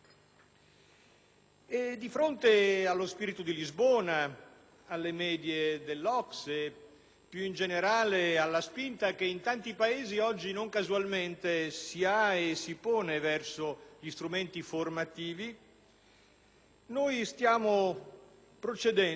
Di fronte allo spirito di Lisbona, alle medie dell'OCSE, e più in generale alla spinta che in tanti Paesi oggi non casualmente si ha e si pone verso gli strumenti formativi, noi stiamo procedendo,